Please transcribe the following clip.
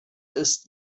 ist